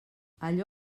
allò